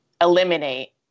eliminate